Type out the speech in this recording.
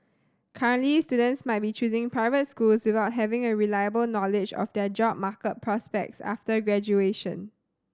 currently students might be choosing private schools without having a reliable knowledge of their job market prospects after graduation